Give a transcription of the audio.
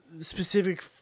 specific